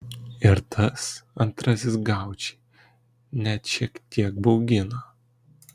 ir tas antrasis gaučį net šiek tiek baugino